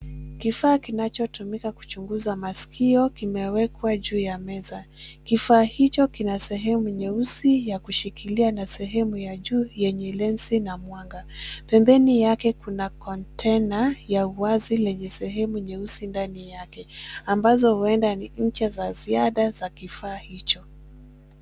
Kifaa kinachotumika kuchunguza masikio kimewekwa juu ya meza. Kifaa hicho kina sehemu nyeusi ya kushikilia na sehemu ya juu yenye lensi na mwanga. Pembeni yake kuna kontena ya wazi lenye sehemu nyeusi ndani yake ambazo huenda ni ncha za ziada za kifaa hicho.